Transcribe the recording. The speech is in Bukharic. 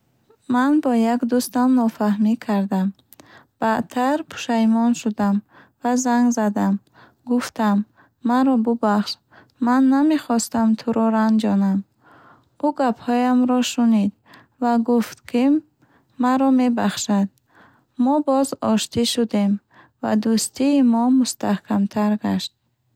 Ман бо як дӯстам нофаҳмӣ кардам. Баъдтар пушаймон шудам ва занг задам. Гуфтам: Маро бубахш, ман намехостам туро ранҷонам. Ӯ гапҳоямро шунид ва гуфт, ки маро мебахшад. Мо боз оштӣ шудем ва дӯстии мо мустаҳкамтар гашт.